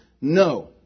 no